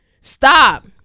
Stop